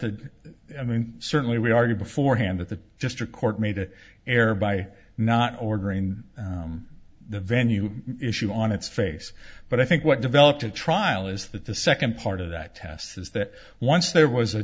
i mean certainly we argue beforehand that the district court made an error by not ordering the venue issue on its face but i think what developed at trial is that the second part of that test is that once there was a